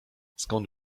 skąd